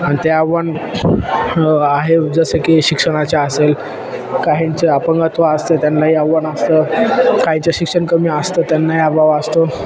आणि ते आव्हान आहे जसं की शिक्षणाच्या असेल काहींचे अपंगत्व असतं त्यांनाही आव्हान असतं काहीचं शिक्षण कमी असतं त्यांनाही अभाव असतो